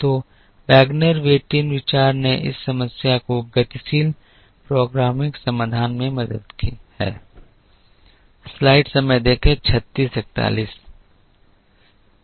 तो Wagner Whitin विचार ने इस समस्या को गतिशील प्रोग्रामिंग समाधान में मदद की है